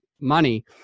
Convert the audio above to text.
money